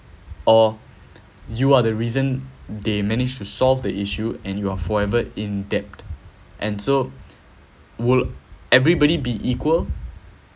or you are the reason they managed to solve the issue and you are forever indebted and so will everybody be equal